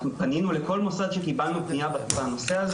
אנחנו פנינו לכל מוסד שקיבלו פניה בנושא הזה